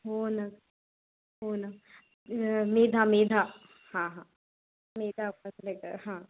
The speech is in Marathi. हो ना हो ना मेधा मेधा हा हा मेधा मांजरेकर हा